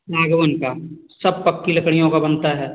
सागवन का सब पक्की लकड़ियों का बनता है